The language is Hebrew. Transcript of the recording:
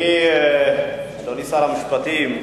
אדוני שר המשפטים,